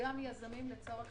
וגם יזמים לצורך